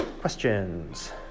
questions